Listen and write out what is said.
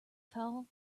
foul